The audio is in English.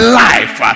life